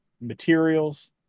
materials